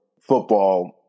football